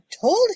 told